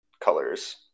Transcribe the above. colors